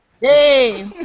hey